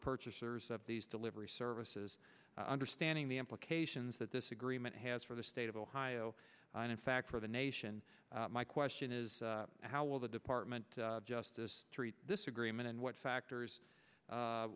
purchasers of these delivery services understanding the implications that this agreement has for the state of ohio and in fact for the nation my question is how will the department of justice treat this agreement and what factors